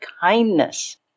kindness